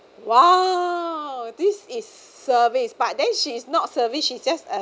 !wow! this is service but then she's not service she's just a